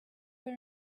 very